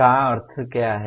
का अर्थ क्या है